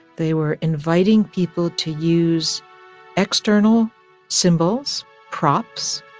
they were inviting people to use external symbols, props,